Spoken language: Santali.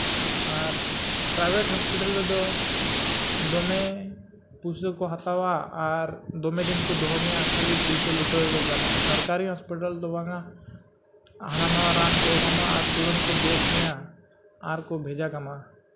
ᱟᱨ ᱯᱨᱟᱭᱵᱷᱮᱹᱴ ᱦᱚᱥᱯᱤᱴᱟᱞ ᱨᱮᱫᱚ ᱫᱚᱢᱮ ᱯᱩᱭᱥᱟᱹ ᱠᱚ ᱦᱟᱛᱟᱣᱟ ᱟᱨ ᱫᱚᱢᱮ ᱫᱤᱱ ᱠᱚ ᱫᱚᱦᱚ ᱢᱮᱭᱟ ᱠᱷᱟᱹᱞᱤ ᱯᱩᱭᱥᱟᱹ ᱞᱩᱴᱟᱹᱣ ᱜᱮᱠᱚ ᱜᱟᱱᱚᱜᱼᱟ ᱥᱟᱨᱠᱟᱨᱤ ᱦᱚᱥᱯᱤᱴᱟᱞ ᱫᱚ ᱵᱟᱝᱟ ᱦᱟᱱᱟ ᱱᱟᱣᱟ ᱨᱟᱱ ᱠᱚ ᱮᱢᱟᱢᱟ ᱟᱨ ᱛᱩᱸᱨᱟᱹᱛ ᱠᱚ ᱵᱮᱥ ᱢᱮᱭᱟ ᱟᱨ ᱠᱚ ᱵᱷᱮᱡᱟ ᱠᱟᱢᱟ